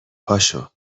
پاشو